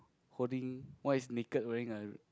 holding what is naked wearing a